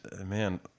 Man